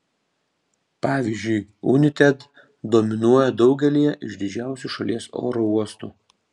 pavyzdžiui united dominuoja daugelyje iš didžiausių šalies oro uostų